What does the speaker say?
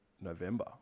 November